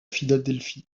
philadelphie